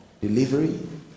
delivery